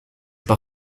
par